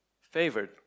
Favored